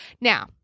Now